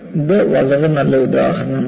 ഇത് വളരെ നല്ല ഉദാഹരണമാണ്